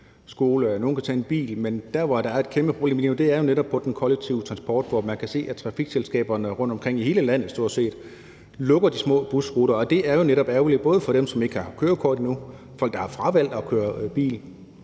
nogle kan tage en bil, men der, hvor der er et kæmpe problem lige nu, er jo netop i den kollektive transport, hvor man kan se, at trafikselskaberne rundtomkring stort set i hele landet lukker de små busruter. Det er jo netop ærgerligt, både for dem, som ikke har kørekort endnu, for folk, der har fravalgt at køre bil,